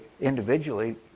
individually